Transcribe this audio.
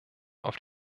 auf